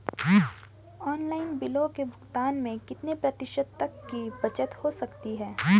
Online बिलों के भुगतान में कितने प्रतिशत तक की बचत हो सकती है?